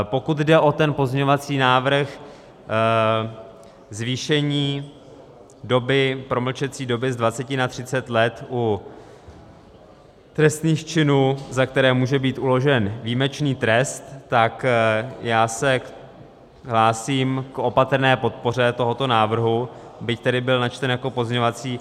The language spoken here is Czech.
Pokud jde o ten pozměňovací návrh zvýšení promlčecí doby z dvaceti na třicet let u trestných činů, za které může být uložen výjimečný trest, tak já se hlásím k opatrné podpoře tohoto návrhu, byť tedy byl načten jako pozměňovací.